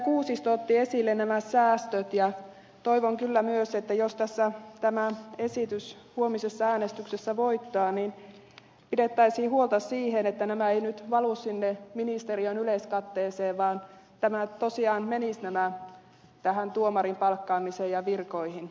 kuusisto otti esille nämä säästöt ja toivon kyllä myös että jos tässä tämä esitys huomisessa äänestyksessä voittaa niin pidettäisiin huolta siitä että nämä rahat eivät nyt valu sinne ministeriön yleiskatteeseen vaan nämä tosiaan menisivät tuomarin palkkaamiseen ja virkoihin